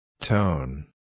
Tone